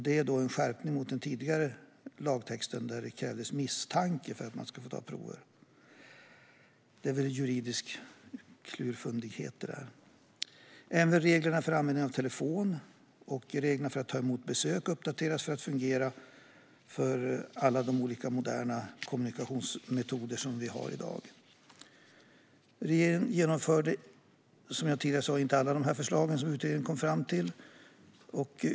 Det är en skärpning av den tidigare lagtexten, där det krävdes misstanke för att få ta prover. Det är väl en juridisk "klurfundighet". Även reglerna för användning av telefon och för att ta emot besök uppdateras för att fungera för alla olika moderna kommunikationsmetoder som vi har i dag. Regeringen genomförde, som jag tidigare sa, inte alla de förslag som utredningen kom fram till.